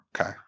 Okay